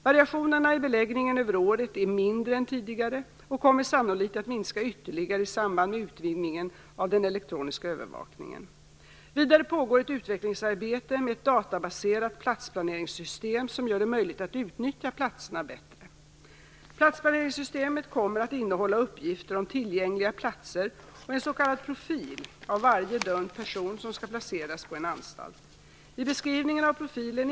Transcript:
Variationen i beläggningen över året är mindre än tidigare och kommer sannolikt att minska ytterligare i samband med utvidgningen av den elektroniska övervakningen. Vidare pågår ett utvecklingsarbete med ett databaserat platsplaneringssystem som gör det möjligt att utnyttja platserna bättre. Platsplaneringssystemet kommer att innehålla uppgifter om tillgängliga platser och en s.k. profil av varje dömd person som skall placeras på en anstalt.